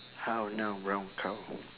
how now brown cow